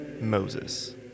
Moses